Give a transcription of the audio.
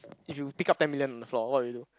if you pick up ten million on the floor what will you do